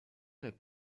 nel